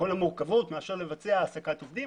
מאשר לבצע העסקת עובדים.